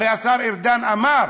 הרי השר ארדן אמר: